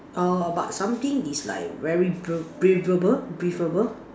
err but something is like very br~ breathable breathable